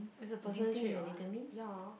is a personal trait [what] ya